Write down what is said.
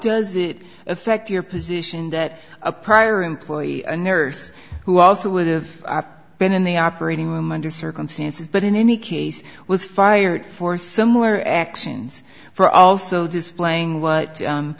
does it affect your position that a prior employee a nurse who also would've been in the operating room under circumstances but in any case was fired for similar actions for also displaying what